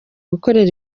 gukorera